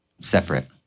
separate